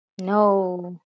No